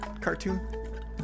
cartoon